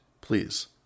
Please